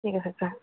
ঠিক আছে ছাৰ